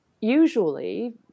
usually –